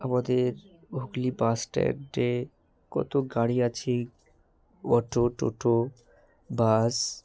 আমাদের হুগলি বাসস্ট্যান্ডে কত গাড়ি আছে অটো টোটো বাস